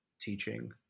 teaching